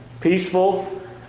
peaceful